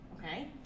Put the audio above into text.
Okay